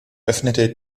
öffnete